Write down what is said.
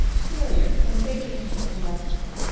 familiar and faintly intimate and restful.